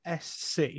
SC